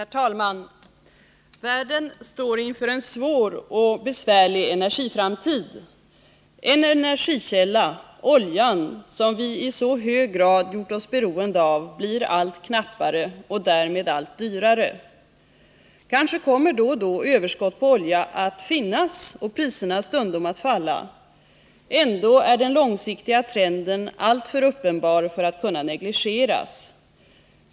Herr talman! Världen står inför en svår och besvärlig energiframtid. En energikälla, oljan, som vi i så hög grad gjort oss beroende av blir allt knappare och därmed allt dyrare. Kanske kommer då och då överskott på olja att finnas och priserna stundom att falla. Ändå är den långsiktiga trenden alltför uppenbar för att kunna negligeras.